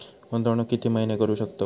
गुंतवणूक किती महिने करू शकतव?